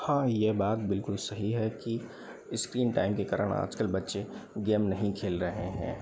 हाँ यह बात बिलकुल सही है कि स्क्रीन टाइम के कारण आजकल बच्चे गेम नहीं खेल रहें हैं